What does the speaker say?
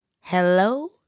Hello